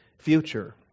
future